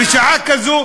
בשעה כזו,